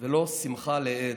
ולא שמחה לאיד.